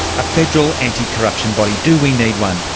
a federal anticorruption body, do we need one?